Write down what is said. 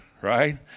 right